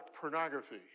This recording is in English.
pornography